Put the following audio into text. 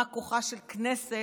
מה כוחה של הכנסת,